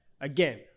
Again